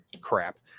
crap